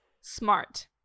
smart